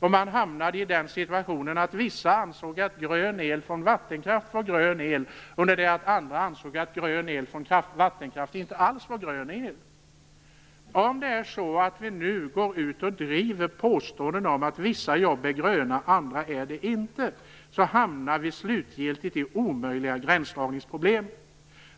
är. Man hamnade i den situationen att vissa ansåg att el från vattenkraft var grön el under det att andra ansåg att el från vattenkraft inte alls var grön el. Om vi nu går ut och driver påståendena om att vissa jobb är gröna och att andra inte är det hamnar vi slutligen i omöjliga gränsdragningsproblem.